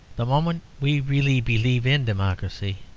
the moment we really believe in democracy,